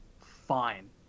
Fine